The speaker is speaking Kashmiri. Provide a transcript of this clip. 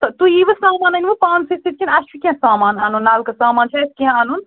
تہٕ تُہۍ یِیوٕ سامان أنِوٕ پانسٕے سۭتۍ کِنہٕ اَسہِ چھُ کیٚنٛہہ سامان اَنُن نَلکہٕ سامان چھا اَسہِ کیٚنٛہہ اَنُن